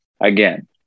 again